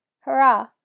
Hurrah